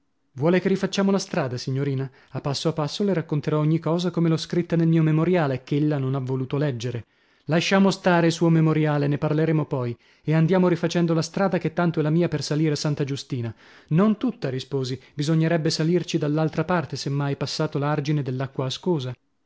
vuole che rifacciamo la strada signorina a passo a passo le racconterò ogni cosa come l'ho scritta nel mio memoriale ch'ella non ha voluto leggere lasciamo stare il suo memoriale ne parleremo poi e andiamo rifacendo la strada che tanto è la mia per salire a santa giustina non tutta risposi bisognerebbe salirci dall'altra parte se mai passato l'argine dell'acqua ascosa